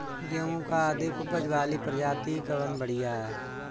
गेहूँ क अधिक ऊपज वाली प्रजाति कवन बढ़ियां ह?